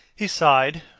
he sighed,